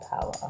power